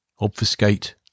obfuscate